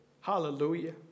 Hallelujah